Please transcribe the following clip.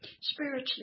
Spiritually